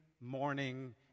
morning